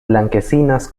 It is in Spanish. blanquecinas